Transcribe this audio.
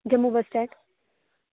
Jammu bus stand